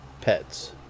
pets